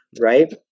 right